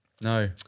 No